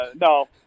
no